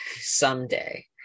Someday